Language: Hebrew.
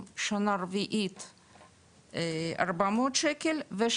89 שקל.